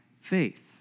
faith